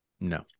No